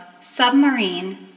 Submarine